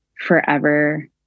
forever